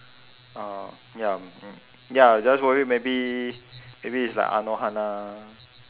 uh ya ya just worried maybe maybe it's like anohana